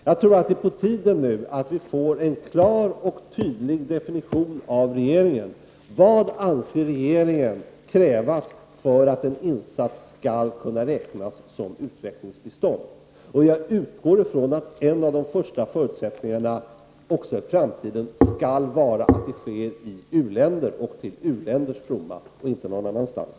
Jag tror att det är på tiden att vi får en klar och tydlig definition från regeringen. Vad anser regeringen krävs för att en insats skall kunna räknas som utvecklingsbistånd? Jag utgår ifrån att en av de främsta förutsättningarna också i framtiden skall vara att insatsen sker i ett u-land och till ett u-lands fromma och inte någon annanstans.